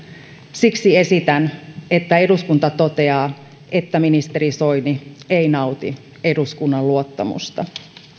siksi esitän että eduskunta toteaa että ministeri soini ei nauti eduskunnan luottamusta